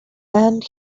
and